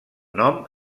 nom